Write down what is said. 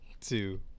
two